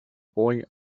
boy